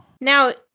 Now